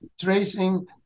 tracing